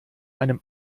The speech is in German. einem